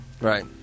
Right